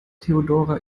theodora